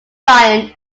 giant